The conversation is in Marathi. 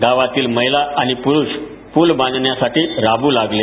गावातील महिला आणि परुष पल बांधण्यासाठी राब लागले